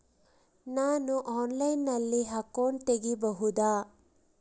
ನಾನು ಆನ್ಲೈನಲ್ಲಿ ಅಕೌಂಟ್ ತೆಗಿಬಹುದಾ?